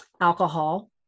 Alcohol